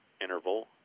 interval